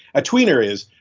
a tweener is,